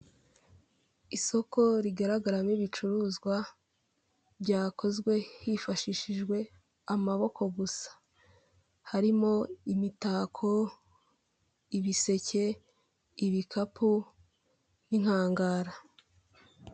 Isoko rigaragaramo ibicuruzwa byakozwe hifashishijwe amaboko gusa, harimo imitako ibiseke ibikapu n'inkangara.